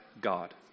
God